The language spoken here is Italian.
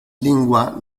lingua